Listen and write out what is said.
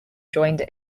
joined